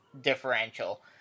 differential